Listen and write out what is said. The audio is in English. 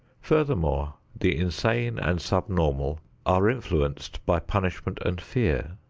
furthermore, the insane and subnormal are influenced by punishment and fear.